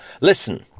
Listen